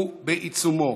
הוא בעיצומו.